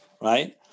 right